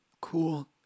Cool